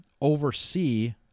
oversee